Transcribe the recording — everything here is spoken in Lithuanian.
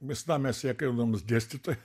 visada mes į ją kreipdavomės dėstytoja